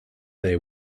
they